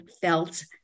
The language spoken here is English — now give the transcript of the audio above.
felt